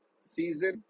season